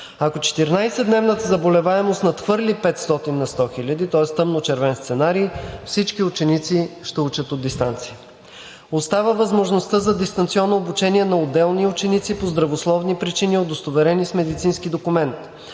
Ако 14-дневната заболеваемост надхвърли 500 на 100 хиляди, тоест тъмночервен сценарий, всички ученици ще учат от дистанция. Остава възможността за дистанционно обучение на отделни ученици по здравословни причини, удостоверени с медицински документ.